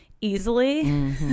easily